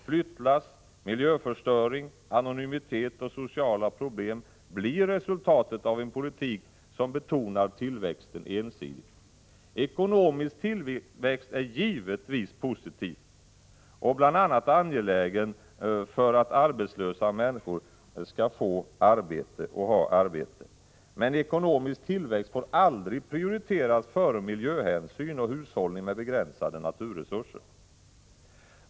Flyttlass, miljöförstöring, anonymitet och sociala problem blir resultatet av en politik som betonar tillväxten ensidigt. Ekonomisk tillväxt är givetvis positiv och bl.a. angelägen för att arbetslösa människor skall få arbete. Men ekonomisk tillväxt får aldrig prioriteras före miljöhänsyn och hushållning med begränsade naturresurser.